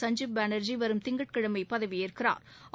சஞ்ஜீப் பானா்ஜி வரும் திங்கட்கிழமை பதவியேற்கிறாா்